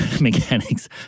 mechanics